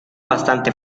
bastante